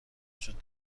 وجود